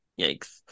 yikes